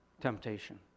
temptation